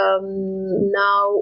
now